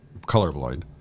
colorblind